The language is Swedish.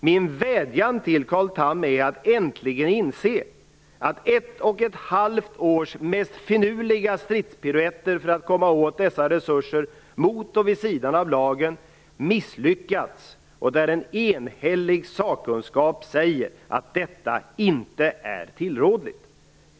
Min vädjan till Carl Tham är att äntligen försöka inse att ett och ett halvt års mest finurliga stridspiruetter för att komma åt dessa resurser mot och vid sidan av lagen misslyckats. En enhällig sakkunskap säger att detta inte är tillrådligt.